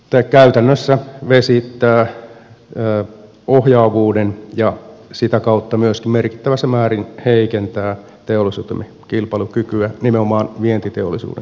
tämä käytännössä vesittää ohjaavuuden ja sitä kautta myöskin merkittävässä määrin heikentää teollisuutemme kilpailukykyä nimenomaan vientiteollisuuden kilpailukykyä